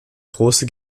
große